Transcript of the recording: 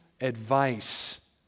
advice